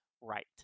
right